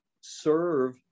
serve